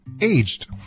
aged